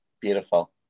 beautiful